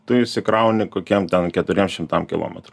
tu įsikrauni kokiem ten keturiem šimtam kilometrų